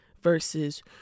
Versus